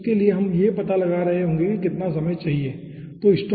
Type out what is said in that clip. तो उसके लिए हम पता लगा रहे होंगे कि कितना समय चाहिए ठीक है